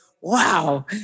wow